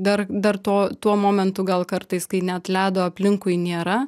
dar dar to tuo momentu gal kartais kai net ledo aplinkui nėra